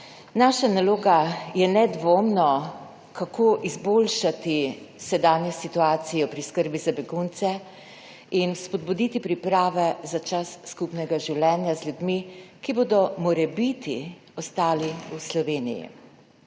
Naša naloga je nedvomno, kako izboljšati sedanjo situacijo pri skrbi za begunce in spodbuditi priprave za čas skupnega življenja z ljudmi, ki bodo morebiti ostali v Sloveniji.